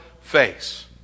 face